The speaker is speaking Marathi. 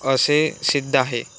असे सिद्ध आहे